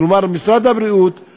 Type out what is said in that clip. כלומר, משרד הבריאות,